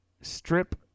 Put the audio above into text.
strip